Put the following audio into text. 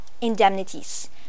Indemnities